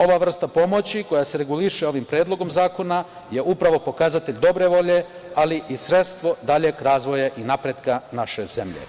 Ova vrsta pomoći koja se reguliše ovim Predlogom zakona je upravo pokazatelj dobre volje, ali i sredstvo daljeg razvoja i napretka naše zemlje.